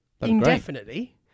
indefinitely